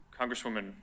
Congresswoman